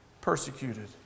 persecuted